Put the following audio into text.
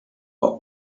are